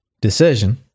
decision